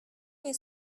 nie